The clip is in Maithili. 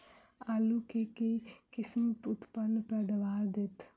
आलु केँ के किसिम उन्नत पैदावार देत?